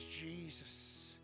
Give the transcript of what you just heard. Jesus